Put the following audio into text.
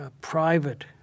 private